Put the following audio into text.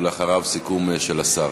ולאחר מכן סיכום של השר.